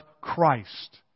Christ